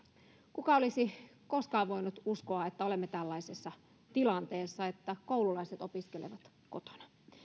kuka olisi koskaan voinut uskoa että olemme tällaisessa tilanteessa että koululaiset opiskelevat kotona